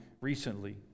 recently